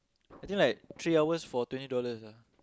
I think like three hours for twenty dollars ah